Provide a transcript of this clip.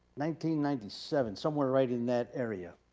ninety ninety seven, somewhere right in that area,